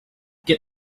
get